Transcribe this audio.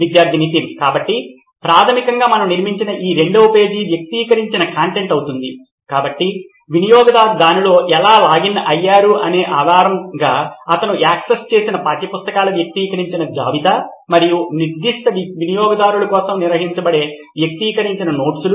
విద్యార్థి నితిన్ కాబట్టి ప్రాథమికంగా మనము నిర్మించిన ఈ రెండవ పేజీ వ్యక్తిగతీకరించిన కంటెంట్ అవుతుంది కాబట్టి వినియోగదారు దానిలో ఎలా లాగిన్ అయ్యారు అనే దాని ఆధారంగా అతను యాక్సెస్ చేసిన పాఠ్యపుస్తకాల వ్యక్తిగతీకరించిన జాబితా మరియు నిర్దిష్ట వినియోగదారు కోసం నిర్వహించబడే వ్యక్తిగతీకరించిన నోట్స్లు